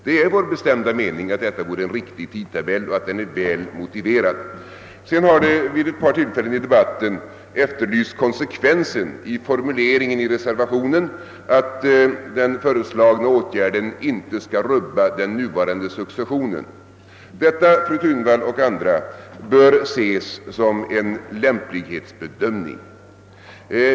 Det är vår bestämda mening att detta vore en riktig tidtabell och att den är väl motiverad. Vid ett par tillfällen har det i debatten efterlysts konsekvensen i reservationens formulering, att den föreslagna åtgärden inte skall rubba den nuvarande successionen. Detta bör, fru Thunvall och andra, ses som en lämplighetsbedömning.